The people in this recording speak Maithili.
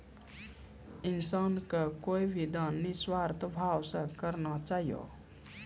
इंसान के कोय भी दान निस्वार्थ भाव से करना चाहियो